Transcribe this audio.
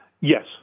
Yes